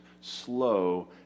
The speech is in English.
slow